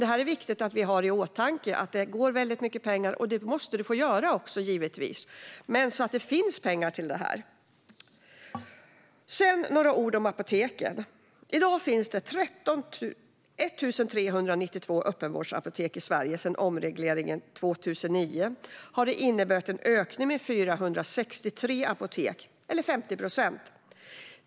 Men det är viktigt att vi har i åtanke att det går åt mycket pengar - vilket det givetvis också måste få göra - så att det finns pengar till detta. Jag ska säga några ord om apoteken. I dag finns det 1 392 öppenvårdsapotek i Sverige. Sedan omregleringen 2009 har antalet apotek ökat med 463 stycken, eller 50 procent.